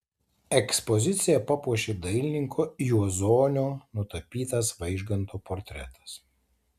ekspoziciją papuošė dailininko juozonio nutapytas vaižganto portretas